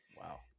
Wow